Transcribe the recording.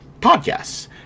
podcasts